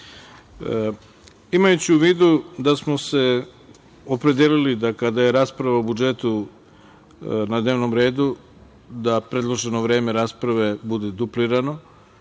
grupe. Imajući u vidu da smo se opredelili da kada je rasprava o budžetu na dnevnom redu, da predloženo vreme rasprave bude duplirano,